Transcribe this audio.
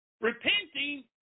Repenting